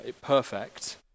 perfect